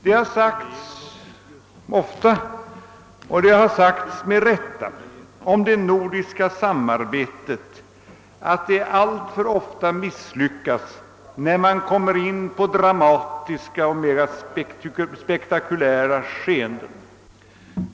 Det har sagts ibland och med rätta om det nordiska samarbetet, att det alltför ofta misslyckats när man kommit in på dramatiska och mera spektakulära skeenden.